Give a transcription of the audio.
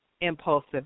impulsive